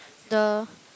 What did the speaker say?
the